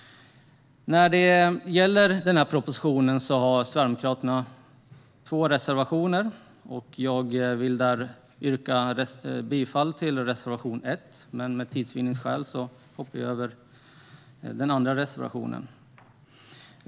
Sverigedemokraterna har två reservationer till betänkandet, och jag vill yrka bifall till reservation 1. För tids vinnande hoppar jag över den andra reservationen.